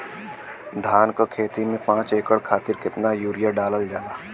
धान क खेती में पांच एकड़ खातिर कितना यूरिया डालल जाला?